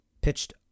pitched